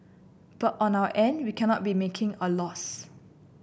but on our end we cannot be making a loss